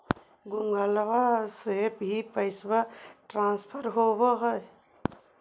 Google से भी पैसा ट्रांसफर होवहै?